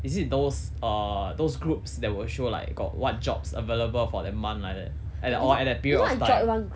is it those uh those groups that will show like got what jobs available for that month like that and the or that period of time